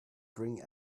bring